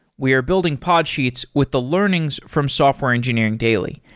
we are building podsheets with the learnings from software engineering daily,